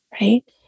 right